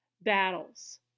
Battles